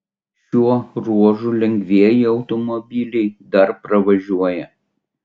šiuo ruožu lengvieji automobiliai dar pravažiuoja